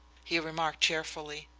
he remarked cheerfully.